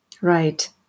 Right